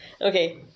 Okay